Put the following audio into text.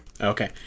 okay